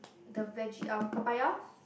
the veggie um papaya